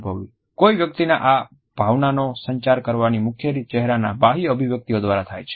કોઈ વ્યક્તિના આ ભાવનાનો સંચાર કરવાની મુખ્ય રીત ચહેરાના બાહ્ય અભિવ્યક્તિઓ દ્વારા થાય છે